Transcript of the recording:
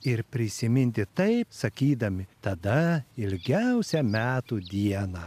ir prisiminti taip sakydami tada ilgiausią metų dieną